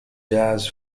jazz